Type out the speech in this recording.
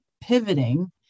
pivoting